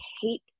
hate